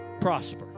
prosper